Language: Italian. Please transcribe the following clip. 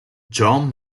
john